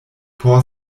por